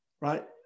right